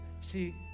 see